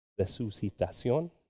Resucitación